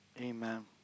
Amen